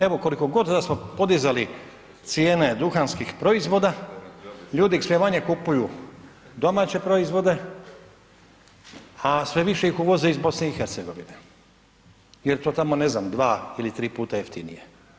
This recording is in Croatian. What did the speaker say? Evo kolikogod da smo podizali cijene duhanskih proizvoda ljudi ih sve manje kupuju domaće proizvode, a sve više ih uvoze iz BiH jer to je tako ne znam dva ili tri puta jeftinije.